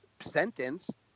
sentence